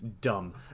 dumb